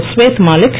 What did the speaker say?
Swed Malik